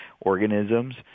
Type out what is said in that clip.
organisms